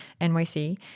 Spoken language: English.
NYC